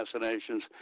assassinations